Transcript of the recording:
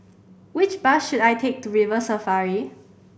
which bus should I take to River Safari